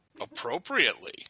Appropriately